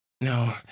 No